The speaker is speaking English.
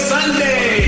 Sunday